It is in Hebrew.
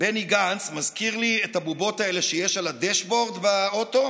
בני גנץ מזכיר לי את הבובות האלה שיש על הדשבורד באוטו: